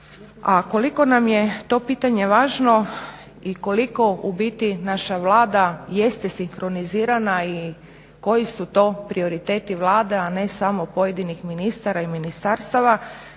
A koliko nam je to pitanje važno i koliko u biti naša Vlada jeste sinkronizirana i koji su to prioriteti Vlade a ne samo pojedinih ministara i ministarstava